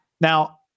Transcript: Now